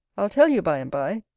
i'll tell you by-and-by,